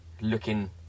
looking